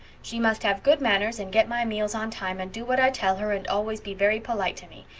she must have good manners and get my meals on time and do what i tell her and always be very polite to me.